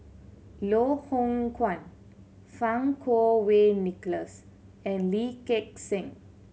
Loh Hoong Kwan Fang Kuo Wei Nicholas and Lee Gek Seng